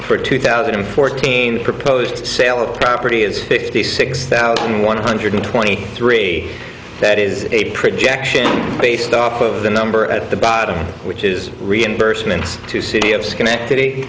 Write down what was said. for two thousand and fourteen proposed sale of property is fifty six thousand one hundred twenty three that is a projection based off of the number at the bottom which is reimbursements to city of schenectady